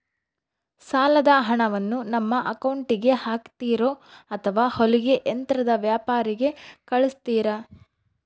ಸಾಲದ ಹಣವನ್ನು ನಮ್ಮ ಅಕೌಂಟಿಗೆ ಹಾಕ್ತಿರೋ ಅಥವಾ ಹೊಲಿಗೆ ಯಂತ್ರದ ವ್ಯಾಪಾರಿಗೆ ಕಳಿಸ್ತಿರಾ?